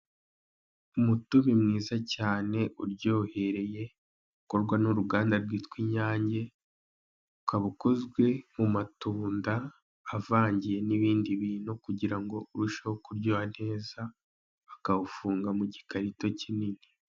Umutobe mwiza cyane uryohereye ukorwa n'uruganda rwitwa Inyange ukaba ukozwe mu matunda avangiyemo ibindi bintu kugira ngo urusheho kuryoha neza bakawufunga mu gikarito kinini.